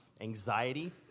anxiety